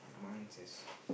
mic test